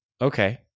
Okay